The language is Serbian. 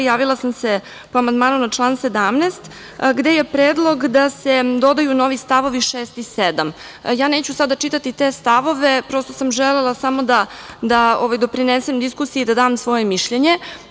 Javila sam se po amandmanu na član 17. gde je predlog da se dodaju novi stavovi 6. i 7. Ja neću sada čitati te stavove, prosto sam želela samo da doprinesem diskusiji i da dam svoje mišljenje.